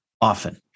often